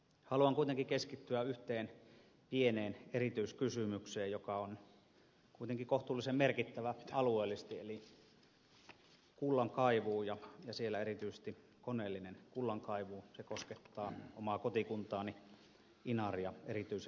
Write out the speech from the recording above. haluan kuitenkin keskittyä yhteen pieneen erityiskysymykseen joka on kuitenkin kohtuullisen merkittävä alueellisesti eli kullankaivuun ja siellä erityisesti koneelliseen kullankaivuun joka koskettaa omaa kotikuntaani inaria erityisellä tavalla